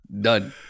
Done